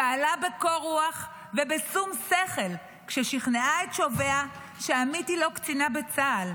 פעלה בקור רוח ובשום שכל כששכנעה את שוביה שעמית היא לא קצינה בצה"ל,